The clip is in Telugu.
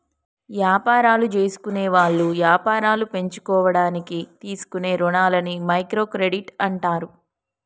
యాపారాలు జేసుకునేవాళ్ళు యాపారాలు పెంచుకోడానికి తీసుకునే రుణాలని మైక్రో క్రెడిట్ అంటారు